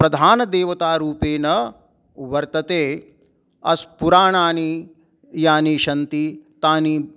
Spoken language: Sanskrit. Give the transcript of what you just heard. प्रधानदेवतारूपेण वर्तते अस् पुराणानि यानि सन्ति तानि